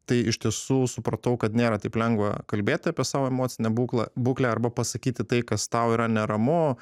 tai iš tiesų supratau kad nėra taip lengva kalbėt apie savo emocinę būklą būklę arba pasakyti tai kas tau yra neramu